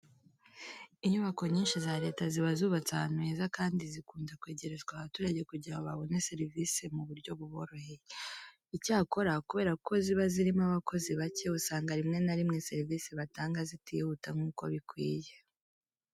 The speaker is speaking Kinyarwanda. Inyubako nyinshi za leta ziba zubatse ahantu heza kandi zikunda kwegerezwa abaturage kugira ngo babone serivise mu buryo buboroheye. Icyakora kubera ko ziba zirimo abakozi bake, usanga rimwe na rimwe serivise batanga zitihuta nk'uko bikwiye.